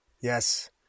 Yes